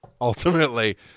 ultimately